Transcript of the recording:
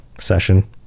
session